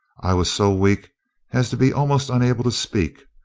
i was so weak as to be almost unable to speak.